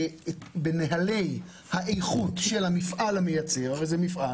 בנהלי האיכות של המפעל המייצר הרי זה מפעל